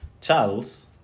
Charles